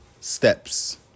steps